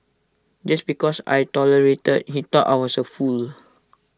just because I tolerated he thought I was A fool